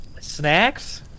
snacks